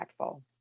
impactful